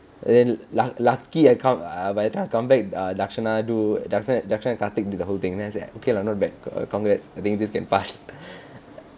and then luck lucky I come come back by the time I come back err darshuen do darshuen and karthik do the whole thing then I say like okay lah not bad ah congrats I think this can pass